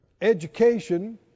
education